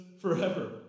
forever